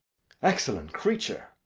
excellent creature!